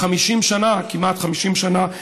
כמעט 50 שנה,